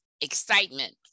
excitement